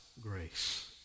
grace